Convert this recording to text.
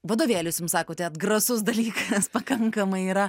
vadovėlis jums sakote atgrasus dalykas pakankamai yra